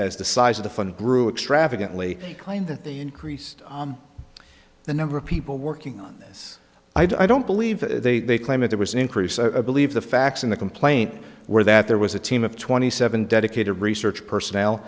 as the size of the fund grew extravagantly claimed that they increased the number of people working on this i don't believe they claim that there was an increase believe the facts in the complaint were that there was a team of twenty seven dedicated research personnel